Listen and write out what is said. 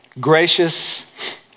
gracious